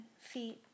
feet